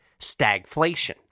stagflation